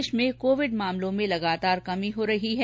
देश में कोविड मामलों में लगातार कमी हो रही है